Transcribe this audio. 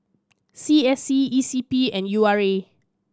C S C E C P and U R A